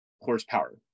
horsepower